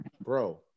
Bro